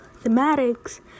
thematics